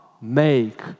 make